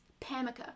Pamica